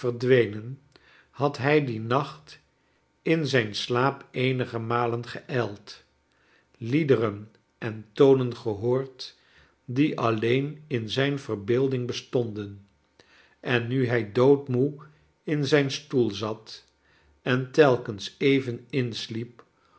had hij dien nacht in zijn slaap eenige malen geijld liederen en tonen gehoord die alleen in zijn verbeelding bestonden en nu hij doodmoe in zijn stoel zat en telkens even insliep